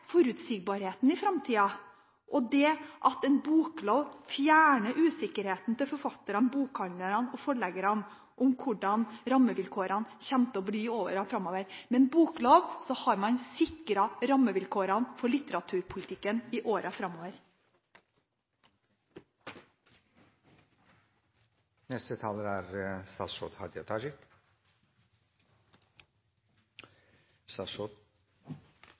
forutsigbarheten i framtida, og det at en boklov fjerner usikkerheten til forfatterne, bokhandlerne og forleggerne om hvordan rammevilkårene kommer til å bli i årene framover. Med en boklov har man sikret rammevilkårene for litteraturpolitikken i årene framover. Framstegspartiet er